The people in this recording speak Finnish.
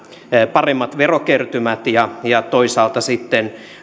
paremmat verokertymät ja ja toisaalta sitten